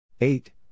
eight